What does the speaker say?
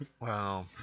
wow